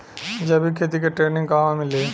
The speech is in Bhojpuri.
जैविक खेती के ट्रेनिग कहवा मिली?